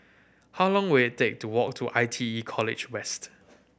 how long will it take to walk to I T E College West